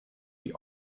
die